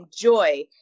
enjoy